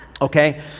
Okay